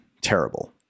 Terrible